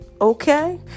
okay